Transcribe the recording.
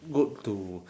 good to